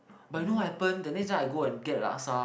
but you know what happen the next time I go and get laksa